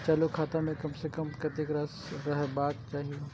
चालु खाता में कम से कम कतेक राशि रहबाक चाही?